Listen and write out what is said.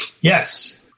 Yes